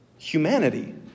Humanity